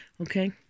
Okay